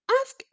Ask